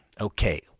Okay